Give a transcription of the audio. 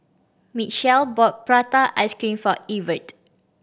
Michell bought prata ice cream for Evertt